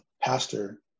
Pastor